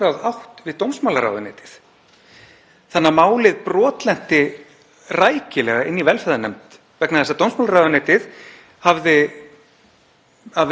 af veikum mætti reynt að eiga samráð við heilbrigðisráðuneytið áður en málið kom til þingsins en ekki náð að hafa áhrif á hvernig málið var vaxið eða kom hingað.